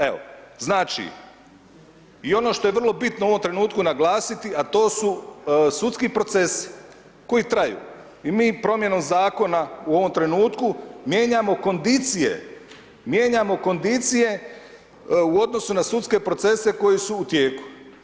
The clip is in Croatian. Evo, znači i ono što je vrlo bitno u ovom trenutku naglasiti, a to su sudski procesi koji traju i mi promjenom zakona u ovom trenutku mijenjamo kondicije, mijenjamo kondicije u odnosu na sudske procese koji su u tijeku.